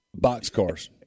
boxcars